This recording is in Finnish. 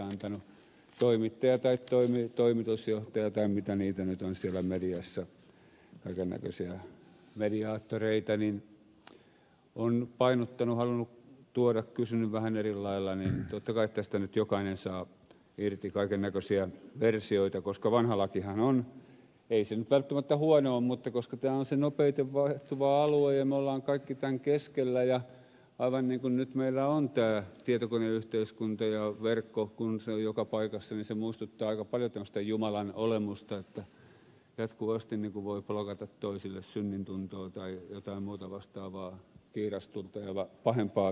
kun toimittaja tai toimitusjohtaja tai mitä niitä nyt on siellä mediassa kaiken näköisiä mediaattoreita on painottanut halunnut tuoda kysynyt vähän eri lailla niin totta kai tästä nyt jokainen saa irti kaiken näköisiä versioita koska vanha lakihan on ei se nyt välttämättä huono ole mutta koska tämä on se nopeiten vaihtuva alue ja me olemme kaikki tämän keskellä ja aivan niin kuin meillä on nyt tämä tietokoneyhteiskunta ja verkko kun se on joka paikassa niin se muistuttaa aika paljon tämmöistä jumalan olemusta että jatkuvasti voi blogata toisille synnintuntoa tai jotain muuta vastaavaa kiirastulta ja pahempaakin